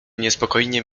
niespokojnie